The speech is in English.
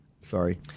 Sorry